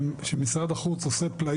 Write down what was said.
וזה בדיוק מה שהכפר הזה עושה,